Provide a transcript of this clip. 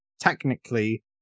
technically